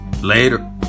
Later